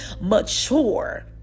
mature